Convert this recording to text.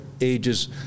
ages